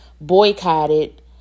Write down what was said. boycotted